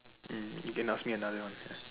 mm you can ask me another one